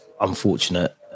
unfortunate